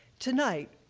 tonight,